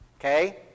Okay